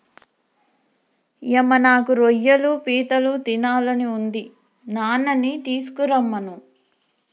యమ్మ నాకు రొయ్యలు పీతలు తినాలని ఉంది నాన్ననీ తీసుకురమ్మను